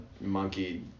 monkey